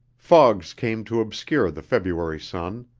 fogs came to obscure the february sun.